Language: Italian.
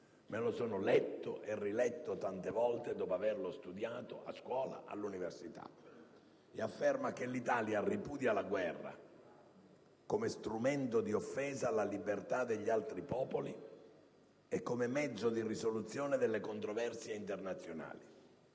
Me lo sono letto e riletto tante volte, dopo averlo studiato a scuola e all'università. Esso afferma che «L'Italia ripudia la guerra come strumento di offesa alla libertà degli altri popoli e come mezzo di risoluzione delle controversie internazionali».